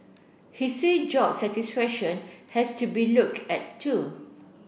he say job satisfaction has to be looked at too